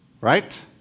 right